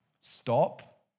Stop